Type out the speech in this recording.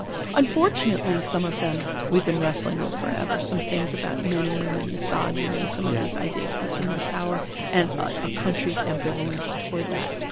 ah unfortunately, some of them, we've been wrestling with forever some things about men and women, misogyny, some of these ideas about female power and a country's ambivalence toward that.